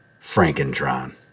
Frankentron